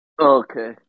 Okay